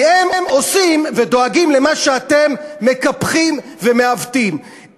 כי הם עושים ודואגים למה שאתם מקפחים ומעוותים.